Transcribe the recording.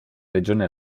regione